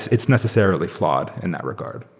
it's necessarily flawed in that regard.